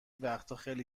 وقتاخیلی